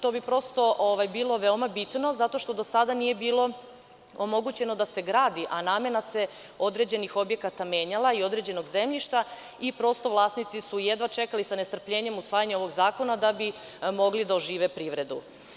To bi prosto bilo veoma bitno zato što do sada nije bilo omogućeno da se gradi, a namena se određenih objekata menjala i određenog zemljišta, i prosto vlasnici su jedva čekali sa nestrpljenjem usvajanje ovog zakona da bi mogli da ožive privredu.